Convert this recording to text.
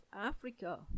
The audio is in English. Africa